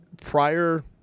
prior